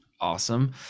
awesome